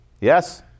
Yes